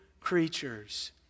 creatures